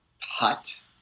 hut